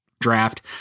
draft